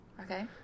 Okay